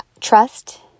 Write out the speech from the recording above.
trust